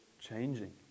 changing